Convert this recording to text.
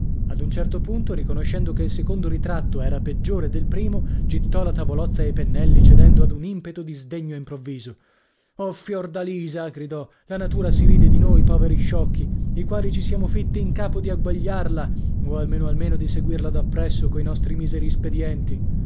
ad un certo punto riconoscendo che il secondo ritratto era peggiore del primo gittò la tavolozza e i pennelli cedendo ad un impeto di sdegno improvviso o fiordalisa gridò la natura si ride di noi poveri sciocchi i quali ci siamo fitti in capo di agguagliarla o almeno almeno di seguirla da presso coi nostri miseri spedienti